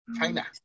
China